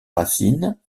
racine